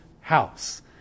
house